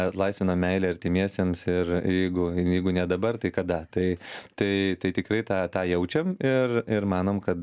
atlaisvina meilę artimiesiems ir jeigu jeigu ne dabar tai kada tai tai tai tikrai tą tą jaučiam ir ir manom kad